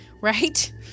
right